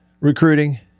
recruiting